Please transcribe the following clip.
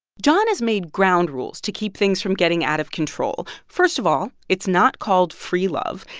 john has made ground rules to keep things from getting out of control. first of all, it's not called free love.